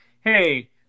Hey